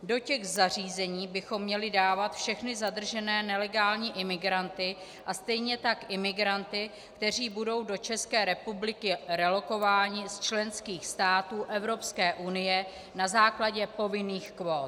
Do těch zařízení bychom měli dávat všechny zadržené nelegální imigranty a stejně tak imigranty, kteří budou do České republiky relokováni z členských států Evropské unie na základě povinných kvót.